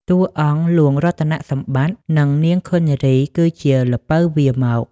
តួអង្គ លោកហ្លួងរតនសម្បត្តិ និងនាងឃុននារី គឺជា "ល្ពៅវារមក"។